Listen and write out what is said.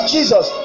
Jesus